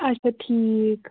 اچھا ٹھیٖک